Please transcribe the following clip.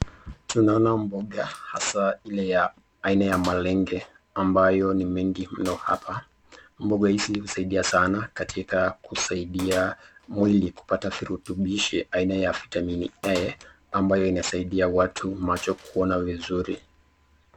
Tunaona mboga hasa ile ya malenge ambayo ni mengi mno apa, mboga izi husaidia sana katika kusaidia mwili kupata virututibishe aina ya vitamin A ambayo inasaidia watu macho kuona vizuri.